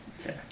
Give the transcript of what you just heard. Okay